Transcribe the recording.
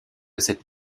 cette